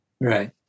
Right